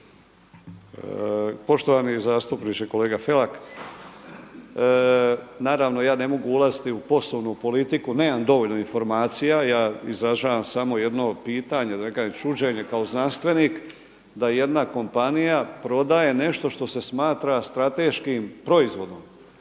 Poštovani zastupniče, kolega Felak. Naravno ja ne mogu ulaziti u poslovnu politiku, nemam dovoljno informacija. Ja izražavam samo jedno pitanje, da ne kažem čuđenje kao znanstvenik, da jedna kompanija prodaje nešto što se smatra strateškim proizvodom